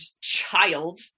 child